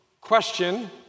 question